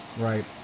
Right